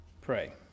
pray